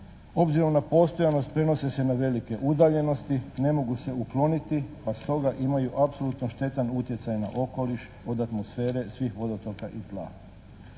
Obzirom na postojanost prenose se na velike udaljenosti, ne mogu se ukloniti pa stoga imaju apsolutno štetan utjecaj na okoliš od atmosfere, svih vodotoka i tla.